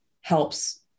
helps